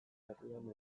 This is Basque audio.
herrian